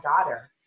daughter